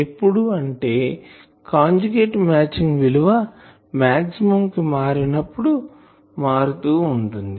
ఎప్పుడు అంటే conjugate matching విలువ మాక్సిమం కు మారినప్పుడు మారుతూ వుంటుంది